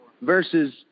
Versus